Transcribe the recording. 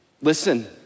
Listen